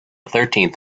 thirteenth